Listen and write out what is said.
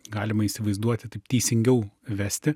galima įsivaizduoti taip teisingiau vesti